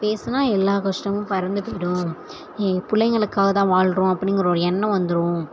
பேசினா எல்லா கஷ்டமும் பறந்து போயிடும் பிள்ளைங்களுக்காக தான் வாழ்கிறோம் அப்படிங்கற ஒரு எண்ணம் வந்துடும்